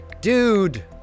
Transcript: Dude